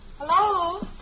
Hello